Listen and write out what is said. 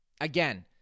again